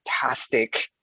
fantastic